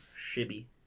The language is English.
Shibby